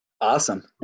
Awesome